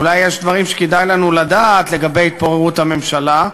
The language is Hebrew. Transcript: אולי יש דברים שכדאי לנו לדעת לגבי התפוררות הממשלה.